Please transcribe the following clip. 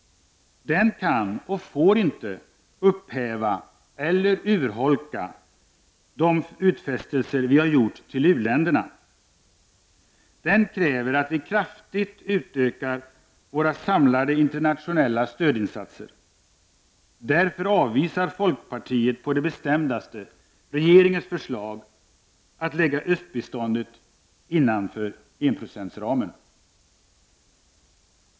Den kan inte och får inte upphäva eller urholka de utfästelser vi har gjort till u-län derna. Den kräver att vi kraftigt utökar våra samlade internationella stödinsatser. Därför avvisar folkpartiet på det bestämdaste regeringens förslag att lägga östbiståndet innanför enprocentsramen.